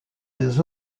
des